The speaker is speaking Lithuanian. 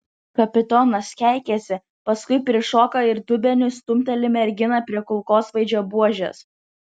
kapitonas keikiasi paskui prišoka ir dubeniu stumteli merginą prie kulkosvaidžio buožės